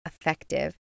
effective